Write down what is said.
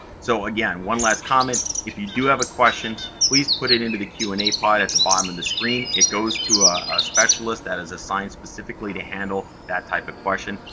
so again, one last comment, if you do have a question please put it into the q and a pod at the bottom of the screen. it goes to a specialist that is assigned specifically to handle that type of question,